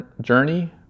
journey